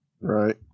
Right